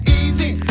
easy